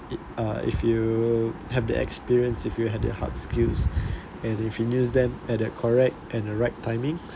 uh if you have the experience if you had the hard skills and if you use them at the correct and the right timing